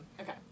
Okay